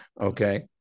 okay